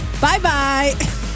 Bye-bye